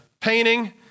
painting